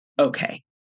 okay